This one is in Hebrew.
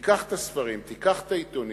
תיקח את הספרים, תיקח את העיתונים,